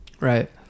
Right